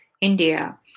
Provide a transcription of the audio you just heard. India